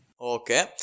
Okay